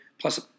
Plus